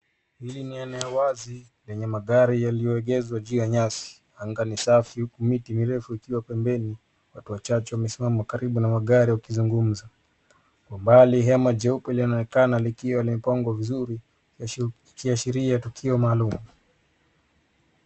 Hili ni eneo wazi lenye magari yalioegezwa juu yanyasi. Anga ni safi huku miti mirefu ikiwa pembeni. Watu wachache wamesimama karibu na magari wakizungumza. Kwa mbali hema jeupe linaonekana likiwa limepangwa vizuri, likiashiria tukio maalum.